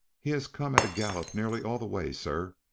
he has come at a gallop nearly all the way, sir,